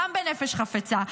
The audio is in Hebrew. גם בנפש חפצה,